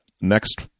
next